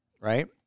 right